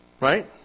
Right